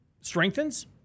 strengthens